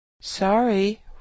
Sorry